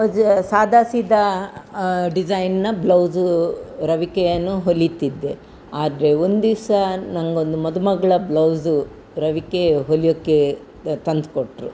ಒಜ್ ಸಾದಾ ಸೀದಾ ಡಿಸೈನ್ನ ಬ್ಲೌಸು ರವಿಕೆಯನ್ನು ಹೊಲೀತಿದ್ದೆ ಆದರೆ ಒಂದು ದಿವಸ ನನಗೊಂದು ಮದುಮಗಳ ಬ್ಲೌಸು ರವಿಕೆ ಹೊಲೆಯೋಕ್ಕೆ ತಂದುಕೊಟ್ರು